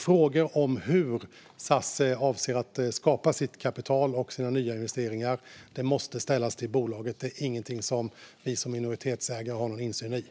Frågor om hur SAS avser att skapa sitt kapital och sina nya investeringar måste ställas till bolaget. Det är ingenting som vi som minoritetsägare har någon insyn i.